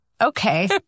Okay